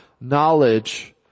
knowledge